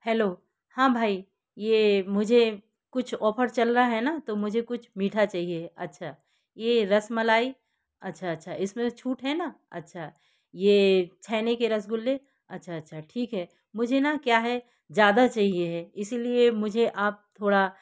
hello हाँ भाई ये मुझे कुछ ऑफर चल रहा हैना तो मुझे कुछ मीठा चाहिए अच्छा ये रसमलाई अच्छा अच्छा इसमें छूट हैना अच्छा ये छैने के रसगुल्ले अच्छा अच्छा ठीक है मुझे ना क्या है ज़्यादा चाहिए है इसीलिए मुझे आप थोड़ा